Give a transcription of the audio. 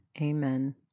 Amen